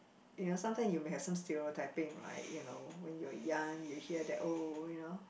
you know sometime you may have some stereotyping right you know when you're young you hear that oh you know